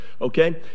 okay